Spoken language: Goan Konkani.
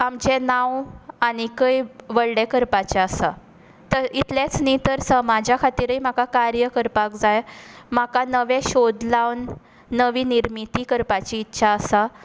आमचें नांव आनीकय व्हडलें करपाचें आसा तर इतलेंच न्ही तर समाजा खातीरूय म्हाका कार्य करपाक जाय म्हाका नवें शोध लावन नवी निर्मीती करपाची इत्सा आसा